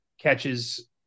catches